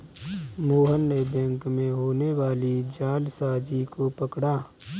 मोहन ने बैंक में होने वाली जालसाजी को पकड़ा